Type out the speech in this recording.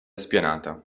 spianata